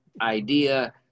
idea